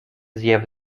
zjawy